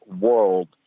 world